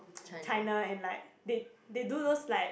China and like they they do those like